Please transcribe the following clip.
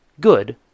good